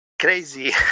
crazy